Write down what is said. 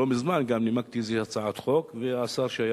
לא מזמן נימקתי איזו הצעת חוק והשר שהיה